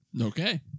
Okay